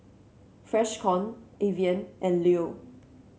Freshkon Evian and Leo